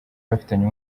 bafitanye